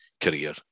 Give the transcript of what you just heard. career